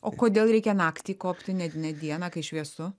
o kodėl reikia naktį kopti ne ne dieną kai šviesu